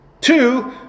two